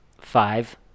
five